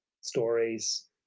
stories